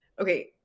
Okay